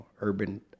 urban